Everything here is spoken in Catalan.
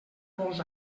molts